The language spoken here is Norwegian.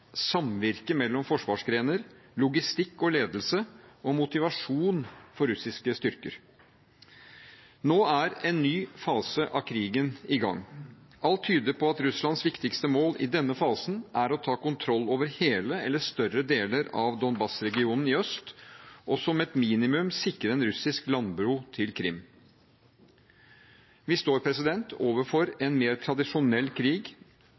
mellom forsvarsgrener, logistikk og ledelse og motivasjon for russiske styrker. Nå er en ny fase av krigen i gang. Alt tyder på at Russlands viktigste mål i denne fasen er å ta kontroll over hele eller større deler av Donbas-regionen i øst og som et minimum sikre en russisk landbro til Krym. Vi står overfor en mer tradisjonell krig,